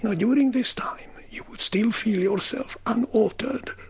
and during this time you would still feel yourself unaltered,